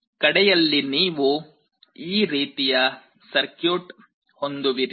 ಕಡೆಯಲ್ಲಿ ನೀವು ಈ ರೀತಿಯ ಸರ್ಕ್ಯೂಟ್ ಹೊಂದುವಿರಿ